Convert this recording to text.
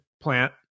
plant